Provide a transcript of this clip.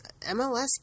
MLS